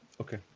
Okay